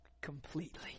completely